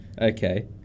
Okay